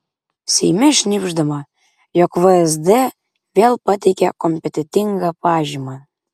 seime šnibždama jog vsd vėl pateikė kompetentingą pažymą